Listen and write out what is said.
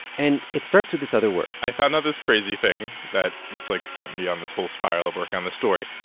and it starts with this other word i found out this crazy thing that just, like, sent me on this whole spiral of working on this story.